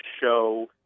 show